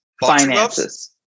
finances